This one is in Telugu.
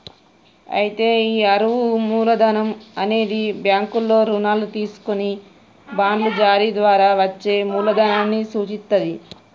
అయితే ఈ అరువు మూలధనం అనేది బ్యాంకుల్లో రుణాలు తీసుకొని బాండ్లు జారీ ద్వారా వచ్చే మూలదనాన్ని సూచిత్తది